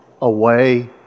away